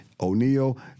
O'Neill